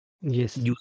yes